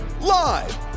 live